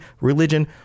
religion